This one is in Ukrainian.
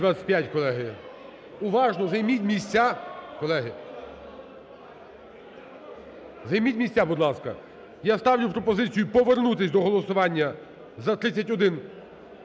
колеги. Займіть місця, будь ласка! Я ставлю пропозицію повернутись до голосування за 3157.